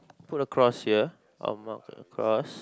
put a cross here I'll mark a cross